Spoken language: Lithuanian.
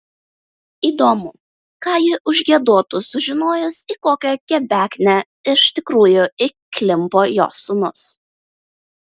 įdomu ką ji užgiedotų sužinojusi į kokią kebeknę iš tikrųjų įklimpo jos sūnus